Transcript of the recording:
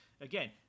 again